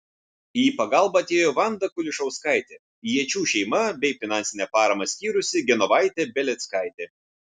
į pagalbą atėjo vanda kulišauskaitė jėčių šeima bei finansinę paramą skyrusi genovaitė beleckaitė